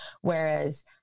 Whereas